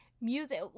Music